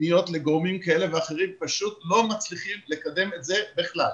פניות לגורמים כאלה ואחרים פשוט לא מצליחים לקדם את זה בכלל.